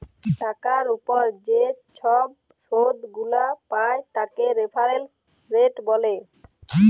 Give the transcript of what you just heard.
টাকার উপর যে ছব শুধ গুলা পায় তাকে রেফারেন্স রেট ব্যলে